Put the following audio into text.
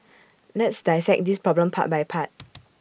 let's dissect this problem part by part